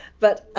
but